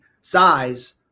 size